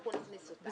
אנחנו נכניס אותה.